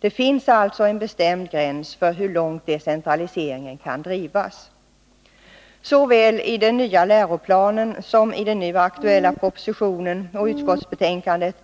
Det finns alltså en bestämd gräns för hur långt decentraliseringen kan drivas. Såväl i den nya läroplanen somi den nu aktuella propositionen och i utskottsbetänkandet